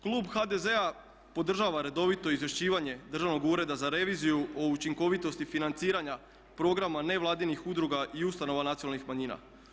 Klub HDZ-a podržava redovito izvješćivanje Državnog ureda za reviziju o učinkovitosti financiranja programa nevladinih udruga i ustanova nacionalnih manjina.